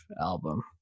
album